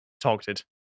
targeted